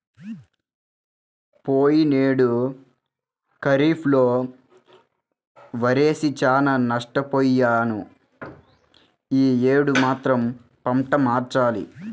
పోయినేడు ఖరీఫ్ లో వరేసి చానా నష్టపొయ్యాను యీ యేడు మాత్రం పంట మార్చాలి